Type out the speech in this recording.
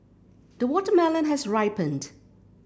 the watermelon has ripened